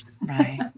Right